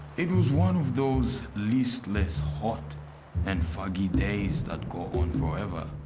it was one of those listless, hot and fuggy days that go on forever,